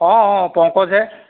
অ' অ' অ' পংকজ হে